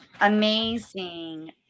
amazing